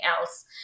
else